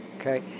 okay